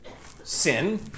sin